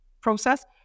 process